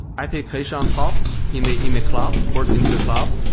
application on top in the in the cloud, bursting to cloud,